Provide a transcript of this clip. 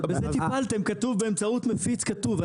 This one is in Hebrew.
אבל בזה טיפלתם כתוב באמצעות מפיץ כתוב,